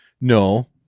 No